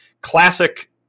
classic